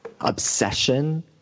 obsession